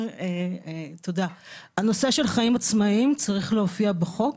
הנושא של חיים עצמאיים צריך להופיע בחוק,